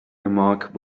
remark